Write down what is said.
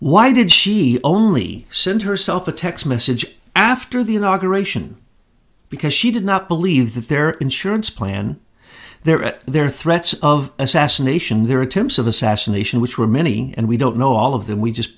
why did she only send her self a text message after the inauguration because she did not believe that their insurance plan their their threats of assassination their attempts of assassination which were many and we don't know all of them we just